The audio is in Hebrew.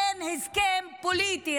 כן, הסכם פוליטי.